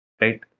right